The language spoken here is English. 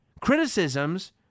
criticisms